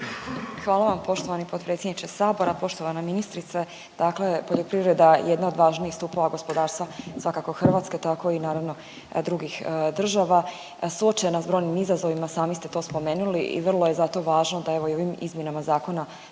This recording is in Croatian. Hvala vam poštovani potpredsjedniče sabora. Poštovana ministrice, dakle poljoprivreda je jedna od važnijih stupova gospodarstva svakako Hrvatske tako i naravno drugih država, suočena s brojnim izazovima, sami ste to spomenuli i vrlo je zato važno da evo i u ovim izmjenama zakona